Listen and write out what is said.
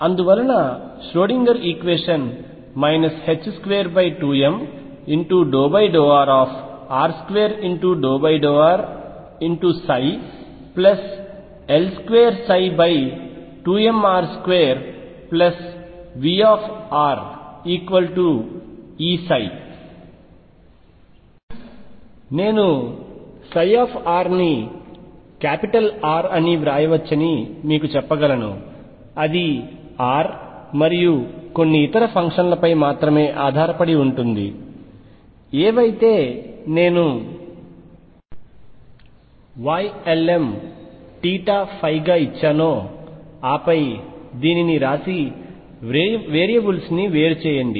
అందువలన Schrodinger equation 22m∂r r2∂rL22mr2VrEψ నేను r ని R అని వ్రాయవచ్చని మీకు చెప్పగలను అది r మరియు కొన్ని ఇతర ఫంక్షన్లపై మాత్రమే ఆధారపడి ఉంటుంది ఏవైతే నేను Ylmθϕ గా ఇచ్చానో ఆపై దీనిని వ్రాసి వేరియబుల్స్ని వేరు చేయండి